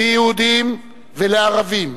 ליהודים ולערבים,